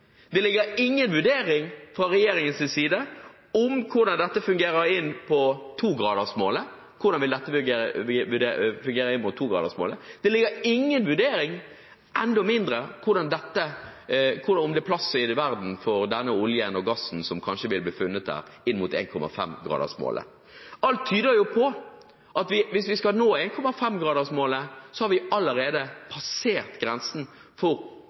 Det ligger ingen vurdering fra regjeringens side av hvordan dette vil virke inn mot 2-gradersmålet, det ligger ingen – eller en enda mindre – vurdering av hvordan det er plass i verden for denne oljen og gassen som kanskje vil bli funnet der, inn mot 1,5-gradersmålet. Alt tyder jo på at hvis vi skal nå 1,5-gradersmålet, har vi allerede passert grensen for